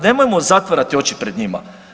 Nemojmo zatvarati oči pred njima.